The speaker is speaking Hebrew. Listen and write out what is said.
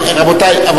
הרופאים כולם טייקונים.